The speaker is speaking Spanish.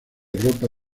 ropa